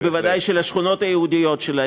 ובוודאי של השכונות היהודיות שלה,